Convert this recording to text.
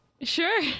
Sure